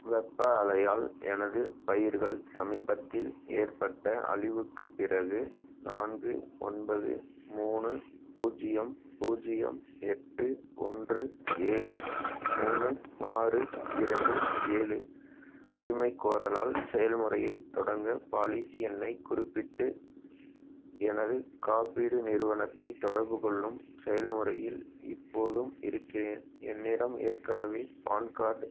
வெப்ப அலையால் எனது பயிர்கள் சமீபத்தில் ஏற்பட்ட அழிவுக்குப் பிறகு நான்கு ஒன்பது மூணு பூஜ்ஜியம் பூஜ்ஜியம் எட்டு ஒன்று ஏழு மூணு ஆறு இரண்டு ஏழு உரிமைக்கோரலால் செயல்முறையைத் தொடங்க பாலிசி எண்ணைக் குறிப்பிட்டு எனது காப்பீடு நிறுவனத்தைத் தொடர்புக்கொள்ளும் செயல்முறையில் இப்போதும் இருக்கிறேன் என்னிடம் ஏற்கனவே பான் கார்ட்